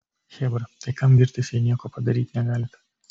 chebra tai kam girtis jei nieko padaryt negalit